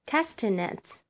Castanets